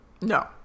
No